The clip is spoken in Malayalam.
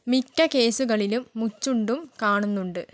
മിക്ക കേസുകളിലും മുച്ചുണ്ടും കാണുന്നുണ്ട്